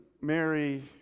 Mary